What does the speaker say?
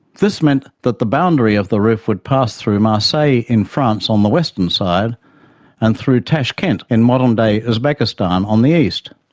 this meant that the boundary of the roof would pass through marseille in france on the western side and through tashkent in modern-day uzbekistan on the east.